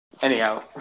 Anyhow